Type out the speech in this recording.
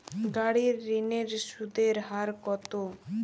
গাড়ির ঋণের সুদের হার কতো?